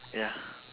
ya